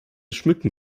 schmücken